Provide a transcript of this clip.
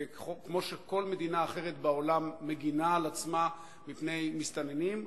וכמו שכל מדינה אחרת בעולם מגינה על עצמה מפני מסתננים,